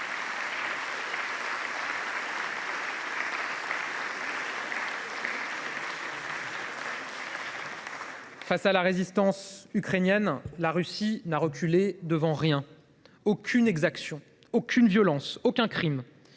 Face à la résistance ukrainienne, la Russie n’a reculé devant rien, devant aucune exaction, aucune violence, aucun crime.